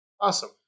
awesome